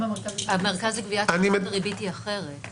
--- במרכז לגביית קנסות הריבית היא אחרת.